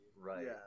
Right